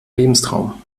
lebenstraum